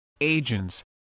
agents